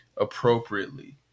appropriately